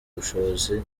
ubushobozi